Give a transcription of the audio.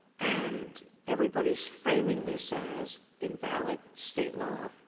and everybody's framing this as invalid state law,